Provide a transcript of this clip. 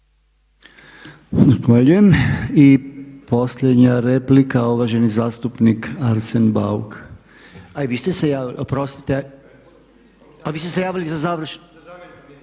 Zahvaljujem. I posljednja replika, uvaženi zastupnik Arsen Bauk. A i vi ste se javili? Oprostite. Pa vi ste se javili za završno? …/Upadica